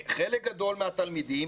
חלק גדול מהתלמידים,